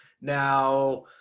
now